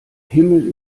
himmel